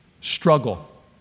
Struggle